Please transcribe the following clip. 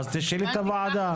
אוסאמה, אז תשאלי את הוועדה.